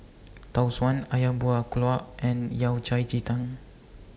Tau Suan Ayam Buah Keluak and Yao Cai Ji Tang